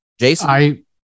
Jason